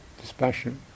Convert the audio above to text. dispassion